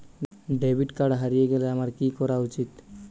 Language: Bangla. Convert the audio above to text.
ডেবিট কার্ড হারিয়ে গেলে আমার কি করা উচিৎ?